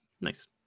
Nice